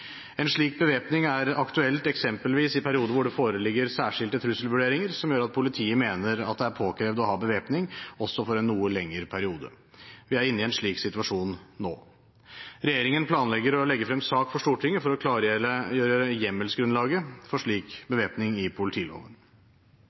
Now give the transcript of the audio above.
En slik bevæpning er aktuelt eksempelvis i perioder hvor det foreligger særskilte trusselvurderinger som gjør at politiet mener det er påkrevd å ha bevæpning også for en noe lengre periode. Vi er inne i en slik situasjon nå. Regjeringen planlegger å legge frem sak for Stortinget for å klargjøre hjemmelsgrunnlaget for slik bevæpning i politiloven.